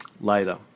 later